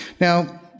Now